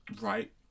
right